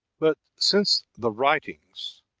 but since the writings